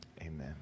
Amen